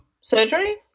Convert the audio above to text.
Surgery